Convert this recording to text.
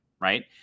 right